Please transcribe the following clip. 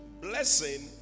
blessing